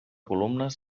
columnes